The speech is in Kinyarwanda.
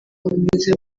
bumeze